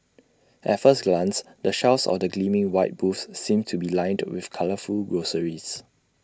at first glance the shelves of the gleaming white booths seem to be lined with colourful groceries